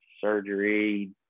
surgery